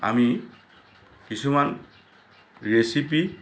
আমি কিছুমান ৰেচিপি